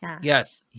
yes